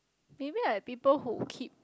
maybe like people who keep